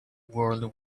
world